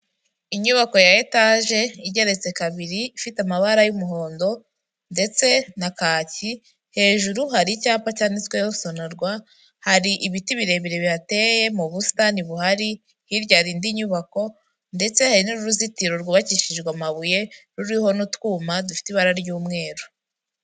Inyubako ya etage igeretse kabiri ifite amabara y'umuhondo ndetse na kaki, hejuru hari icyapa cyanditsweho Sonarwa, hari ibiti birebire bihateye mu busitani buhari hirya hari indi nyubako ndetse hari n'uruzitiro rwubakishijwe amabuye ruriho n'utwuyuma dufite ibara ry'umweru.